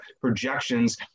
projections